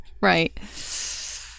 Right